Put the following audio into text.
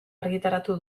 argitaratu